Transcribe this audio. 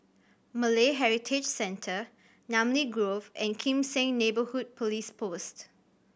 Malay Heritage Centre Namly Grove and Kim Seng Neighbourhood Police Post